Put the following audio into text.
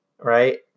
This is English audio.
Right